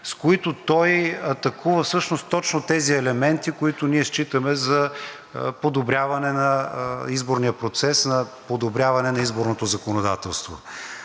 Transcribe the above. с които той атакува всъщност точно тези елементи, които ние считаме за подобряване на изборния процес, за подобряване на изборното законодателство.